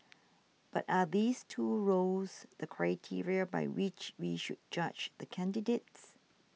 but are these two roles the criteria by which we should judge the candidates